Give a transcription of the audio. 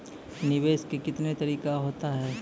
निवेश के कितने तरीका हैं?